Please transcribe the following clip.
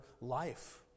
life